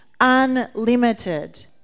Unlimited